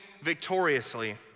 Victoriously